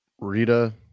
Rita